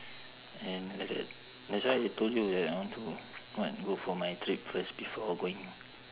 and that's why that's why I told you that I want to what go for my trip first before going